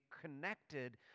connected